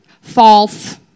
False